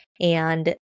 And-